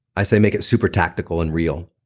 i say make it super tactical and real.